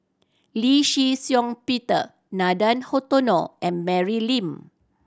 Lee Shih Shiong Peter Nathan Hartono and Mary Lim